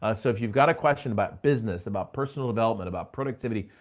ah so if you've got a question about business, about personal development, about productivity,